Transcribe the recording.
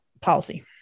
policy